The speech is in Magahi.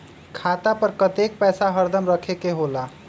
खाता पर कतेक पैसा हरदम रखखे के होला?